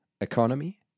economy